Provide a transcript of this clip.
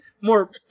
more –